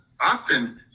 often